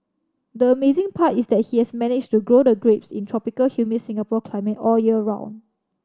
the amazing part is that he has managed to grow the grapes in tropical humid Singapore climate all year round